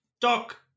doc